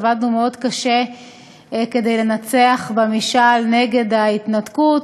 עבדנו מאוד קשה כדי לנצח במשאל נגד ההתנתקות,